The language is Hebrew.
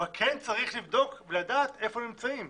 אבל כן צריך לבדוק ולדעת איפה הם נמצאים.